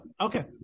Okay